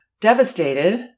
devastated